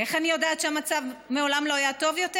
ואיך אני יודעת שהמצב מעולם לא היה טוב יותר?